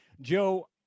Joe